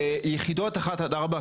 יחידות 1 עד 4,